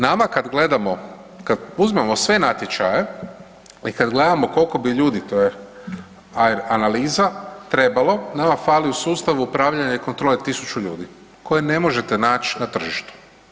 Nama kad gledamo, kad uzmemo sve natječaje i kad gledamo koliko bi ljudi, to je, analiza, trebalo, nama fali u sustavu upravljanja i kontrole 1000 ljudi koje ne možete naći na tržištu.